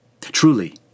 Truly